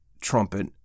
trumpet